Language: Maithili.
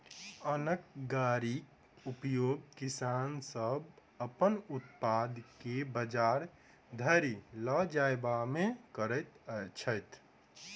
अन्न गाड़ीक उपयोग किसान सभ अपन उत्पाद के बजार धरि ल जायबामे करैत छथि